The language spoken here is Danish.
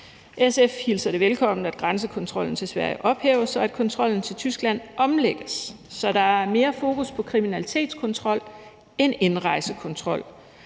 SF hilser det velkommen, at grænsekontrollen til Sverige ophæves, og at kontrollen til Tyskland omlægges, så der er mere fokus på kriminalitetskontrol end på indrejsekontrol.